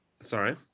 Sorry